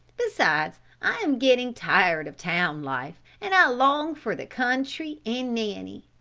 beside i am getting tired of town life and i long for the country and nanny.